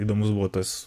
įdomus buvo tas